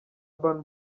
urban